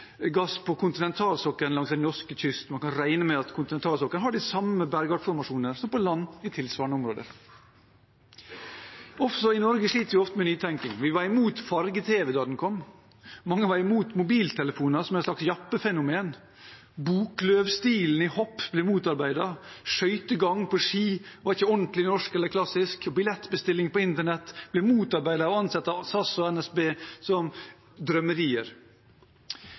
gass på kontinentalsokkelen langs den norske kysten, man kan regne med at kontinentalsokkelen har de samme bergartsformasjoner som på land i tilsvarende områder. I Norge sliter vi ofte med nytenking. Vi var imot farge-tv da det kom. Mange var imot mobiltelefoner og så det som et slags jappefenomen. Boklöv-stilen i hopp ble motarbeidet, skøytegang på ski var ikke ordentlig norsk eller klassisk, og billettbestilling på internett ble motarbeidet av SAS og NSB og ansett som drømmerier.